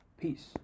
Peace